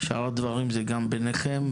שאר הדברים הם גם ביניכם,